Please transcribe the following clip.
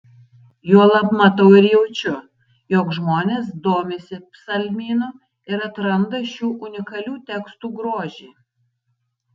juolab matau ir jaučiu jog žmonės domisi psalmynu ir atranda šių unikalių tekstų grožį